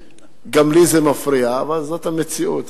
גם לי זה מפריע, אבל זאת המציאות.